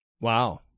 Wow